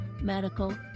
medical